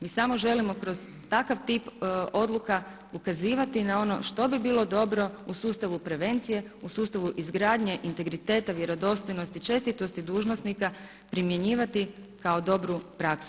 Mi samo želimo kroz takav tip odluka ukazivati na ono što bi bilo dobro u sustavu prevencije, u sustavu izgradnje integriteta vjerodostojnosti, čestitosti dužnosnika, primjenjivati kao dobru praksu.